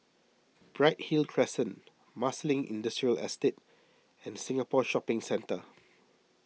Bright Hill Crescent Marsiling Industrial Estate and Singapore Shopping Centre